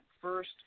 first